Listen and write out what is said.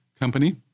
company